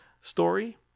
story